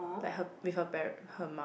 like her with her paren~ her mum